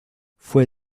fue